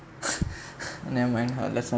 never mind uh let's